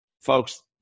Folks